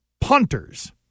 punters